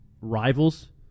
rivals